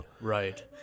right